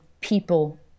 people